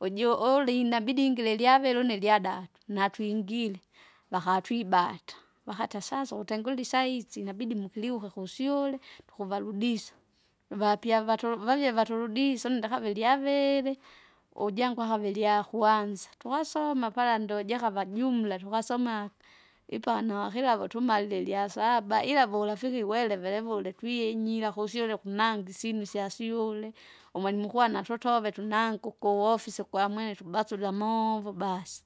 Uju uli inabidi ilyavili une ilyadatu, natwingire, vakatwibata. Vakata sasa ukutengule isaizi inabidi kukiliuka kusyule, tukuvarudisa, nuvapyavatu vavye vaturudise une ndikava ilyaviri, ujangu ahava ilyakwanza tukasoma pala ndojekava jumla tukasoma. Ipana kilavu tumalile ilyasaba ila vurafiki gweleve levule twiinyira kusyule kunangisine isyasyule, umwalimu mkuu anatutove tunange ukuwofisi ukwamwene tubasule amovo basi.